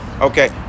Okay